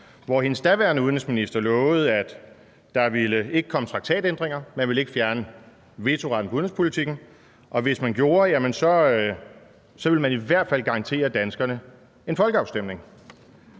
hvor hendes daværende udenrigsminister lovede, at der ikke ville komme traktatændringer, at man ikke ville fjerne vetoretten på udenrigspolitikken, og hvis man gjorde det, ville man i hvert fald garantere danskerne en folkeafstemning.